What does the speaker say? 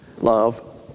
Love